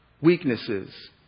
weaknesses